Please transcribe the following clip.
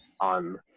on